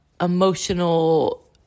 emotional